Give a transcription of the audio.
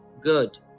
good